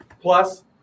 plus